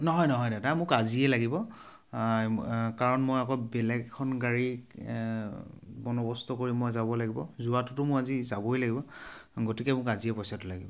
নহয় নহয় দাদা মোক আজিয়ে লাগিব কাৰণ মই আকৌ বেলেগ এখন গাড়ী বন্দবস্ত কৰি মই যাব লাগিব যোৱাটোতো মই আজি যাবই লাগিব গতিকে মোক আজিয়ে পইচাটো লাগিব